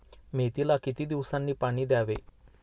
मेथीला किती दिवसांनी पाणी द्यावे?